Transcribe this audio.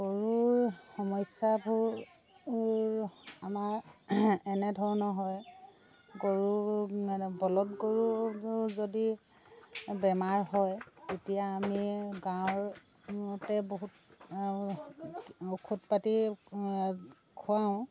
গৰুৰ সমস্যাবোৰ আমাৰ এনেধৰণৰ হয় গৰু মানে বলধ গৰুটো যদি বেমাৰ হয় তেতিয়া আমি গাঁৱৰ বহুত ঔষধ পাতি খোৱাওঁ